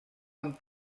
amb